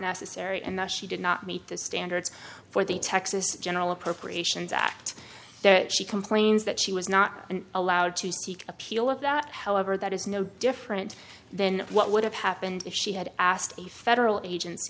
necessary and that she did not meet the standards for the texas general appropriations act that she complains that she was not allowed to speak appeal of that however that is no different than what would have happened if she had asked a federal